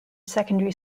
secondary